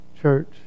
church